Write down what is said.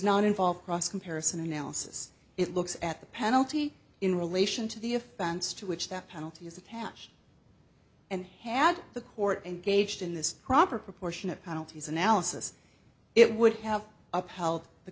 not involve cross comparison analysis it looks at the penalty in relation to the offense to which that penalty is attached and had the court engaged in this proper proportion of penalties analysis it would have upheld the